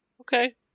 Okay